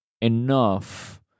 enough